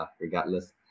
regardless